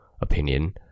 opinion